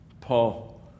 Paul